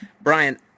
Brian